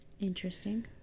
Interesting